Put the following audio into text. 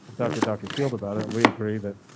doctor, doctor field about it. we agree that.